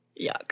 Yuck